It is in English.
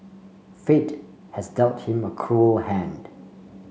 fate has dealt him a cruel hand